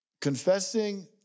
confessing